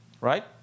Right